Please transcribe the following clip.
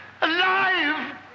alive